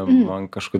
man kažkodėl